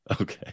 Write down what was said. Okay